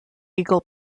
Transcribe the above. eagle